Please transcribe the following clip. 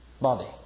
body